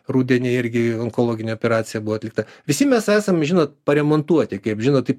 rudenį irgi onkologinė operacija buvo atlikta visi mes esam žinot paremontuoti kaip žinot